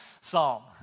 Psalm